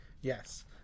Yes